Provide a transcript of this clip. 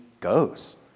goes